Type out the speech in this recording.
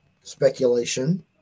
speculation